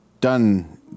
done